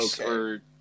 okay